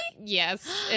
Yes